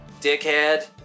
dickhead